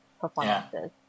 performances